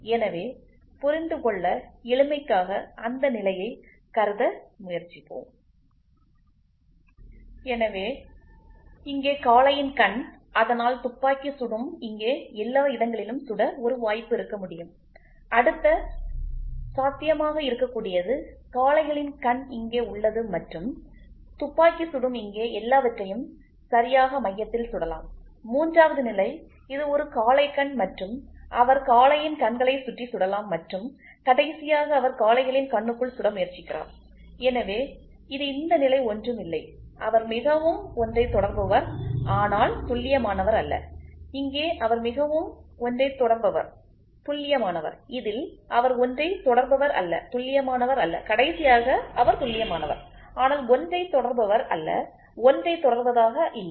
எனவே புரிந்துகொள்ள எளிமைக்காக அந்த நிலையை கருத முயற்சிப்போம் எனவே இங்கே காளையின் கண் அதனால்துப்பாக்கி சுடும் இங்கே எல்லா இடங்களிலும் சுட ஒரு வாய்ப்பு இருக்க முடியும் அடுத்த சாத்தியமாக இருக்கக்கூடியது காளைகளின் கண் இங்கே உள்ளது மற்றும் துப்பாக்கி சுடும் இங்கே எல்லாவற்றையும் சரியாக மையத்தில் சுடலாம் மூன்றாவது நிலை இது ஒரு காளைக் கண் மற்றும் அவர் காளையின் கண்களை சுற்றி சுடலாம் மற்றும் கடைசியாக அவர் காளைகளின் கண்ணுக்குள் சுட முயற்சிக்கிறார் எனவே இது இந்த நிலை ஒன்றும் இல்லை அவர் மிகவும் ஒன்றை தொடர்பவர் ஆனால் துல்லியமானவர் அல்ல இங்கே அவர் மிகவும் ஒன்றை தொடர்பவர் துல்லியமானவர் இதில் அவர் ஒன்றை தொடர்பவர் அல்ல துல்லியமானவர் அல்ல கடைசியாக அவர் துல்லியமானவர் ஆனால் ஒன்றை தொடர்பவர் அல்ல ஒன்றை தொடர்வதாக இல்லை